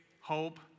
hope